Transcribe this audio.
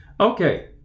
Okay